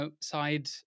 side